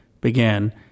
began